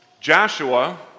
Joshua